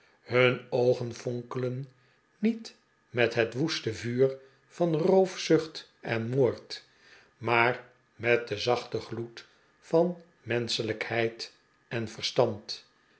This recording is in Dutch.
hun oogen fonkelen niet met het woeste vuur van roofzucht en moord maar met den zachten gloed van menschelijkheid en verstand